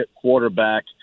quarterback